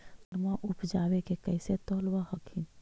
धनमा उपजाके कैसे तौलब हखिन?